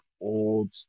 old